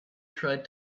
tried